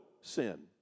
sin